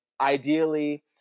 ideally